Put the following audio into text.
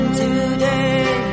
today